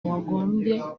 wagombye